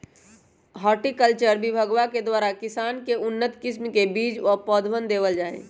horticulture विभगवा के द्वारा किसान के उन्नत किस्म के बीज व पौधवन देवल जाहई